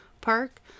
Park